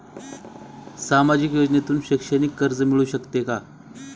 सामाजिक योजनेतून शैक्षणिक कर्ज मिळू शकते का?